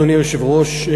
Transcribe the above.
אדוני היושב-ראש,